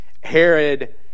Herod